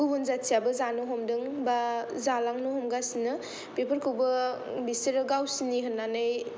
गुबुन जाथियाबो जानो हमदों बा जालांनो हमगासिनो बेफोरखौबो बिसोरो गावसिनि होननानै